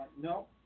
No